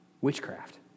Witchcraft